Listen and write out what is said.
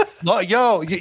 Yo